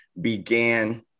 began